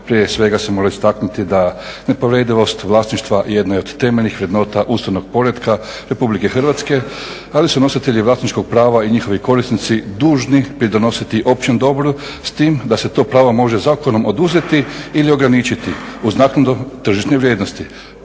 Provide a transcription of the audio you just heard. prije svega se mora istaknuti da nepovredivost vlasništva jedna je od temeljnih vrednota ustavnog poretka Republike Hrvatske, ali su nositelji vlasničkog prava i njihovi korisnici dužni pridonositi općem dobru s tim da se to pravo može zakonom oduzeti ili ograničiti uz naknadu tržišne vrijednosti